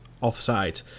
offside